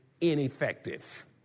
ineffective